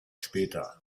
später